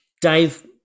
Dave